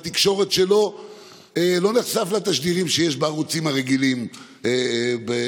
שבתקשורת שלו לא נחשף לתשדירים שיש בערוצים הרגילים במדיה.